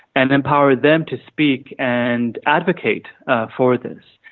and empower them to speak and advocate for this.